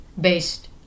based